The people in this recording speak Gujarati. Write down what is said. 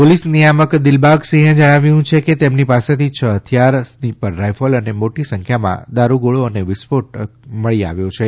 પોલીસ નીયામક દીલબાગ સિંહે જણાવ્યુંકે તેમની પાસેથી છ હથીયાર સ્નીપર રાયફલ અને મોટી સંખ્યામાં દારૂગોળો અને વિસ્ફોટક મળી આવ્યો છે